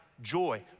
joy